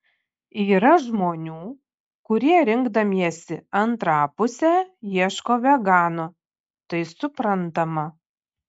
yra žmonių kurie rinkdamiesi antrą pusę ieško vegano tai suprantama